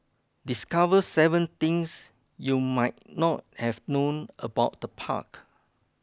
discover seven things you might not have known about the park